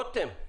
רותם,